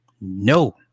no